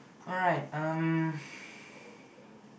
alright um